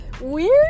weird